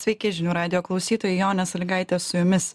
sveiki žinių radijo klausytojai nė salygaitė su jumis